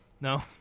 No